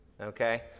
okay